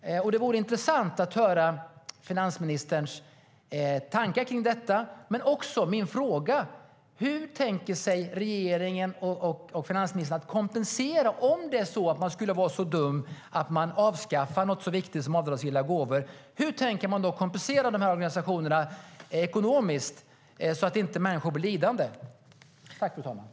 Det vore intressant att höra finansministerns tankar om detta.